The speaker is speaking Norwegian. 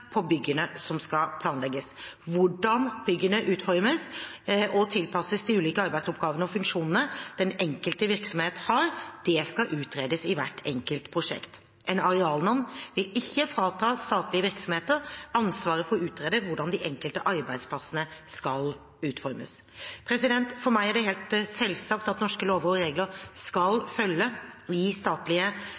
på byggene som skal planlegges. Hvordan byggene utformes og tilpasses de ulike arbeidsoppgavene og funksjonene den enkelte virksomhet har, skal utredes i hvert enkelt prosjekt. En arealnorm vil ikke frata statlige virksomheter ansvaret for å utrede hvordan de enkelte arbeidsplassene skal utformes. For meg er det helt selvsagt at norske lover og regler skal følges i statlige